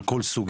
על כל סוגיה,